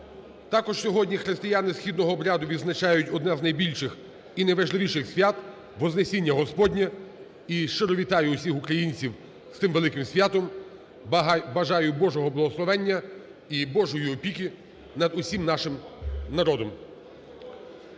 Також сьогодні християни східного обряду відзначають одне з найбільших і найважливіших свят – Вознесіння Господнє. І щиро вітаю усіх українців з тим великим святом, бажаю Божого благословення і Божої опіки над усім нашим народом.